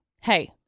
hey